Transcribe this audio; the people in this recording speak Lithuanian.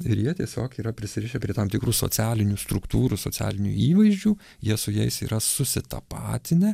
ir jie tiesiog yra prisirišę prie tam tikrų socialinių struktūrų socialinių įvaizdžių jie su jais yra susitapatinę